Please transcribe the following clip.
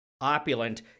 opulent